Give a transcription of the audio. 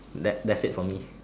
that that's it from me